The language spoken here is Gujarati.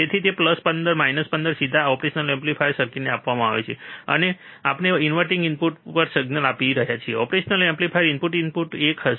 તેથી તે પ્લસ 15 માઇનસ 15 સીધા ઓપરેશનલ એમ્પ્લીફાયર સર્કિટને આપવામાં આવે છે અને હવે આપણે ઇનવર્ટીંગ ઇનપુટ પર સિગ્નલ આપી રહ્યા છીએ ઓપરેશનલ એમ્પ્લીફાયરના ઇનપુટ ઇનપુટ એક શું હતું